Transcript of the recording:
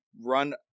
run